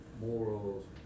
morals